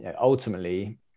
ultimately